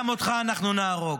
גם אותך אנחנו נהרוג.